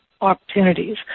opportunities